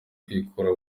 kwikura